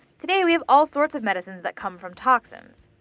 today, we have all sorts of medicines that come from toxins.